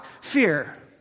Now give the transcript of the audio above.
fear